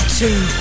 two